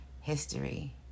history